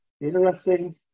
Interesting